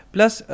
Plus